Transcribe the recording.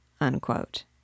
unquote